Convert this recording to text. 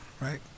Right